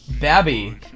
Babby